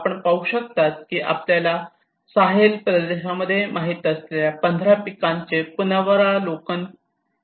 आपण पाहू शकता की आपल्याला साहेल प्रदेशामध्ये माहित असलेल्या 15 पिकांचे पुनरावलोकन आहे